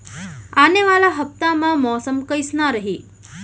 आने वाला हफ्ता मा मौसम कइसना रही?